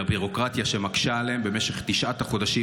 אלא ביורוקרטיה שמקשה עליהם במשך תשעת החודשים